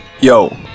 Yo